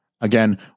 Again